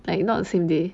like not the same day